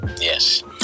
Yes